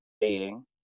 dating